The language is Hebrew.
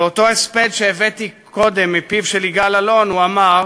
באותו הספד שהבאתי קודם מפיו של יגאל אלון הוא אמר